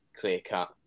clear-cut